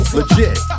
Legit